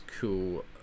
cool